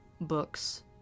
books